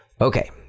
Okay